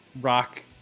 rock